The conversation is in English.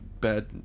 bad